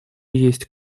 есть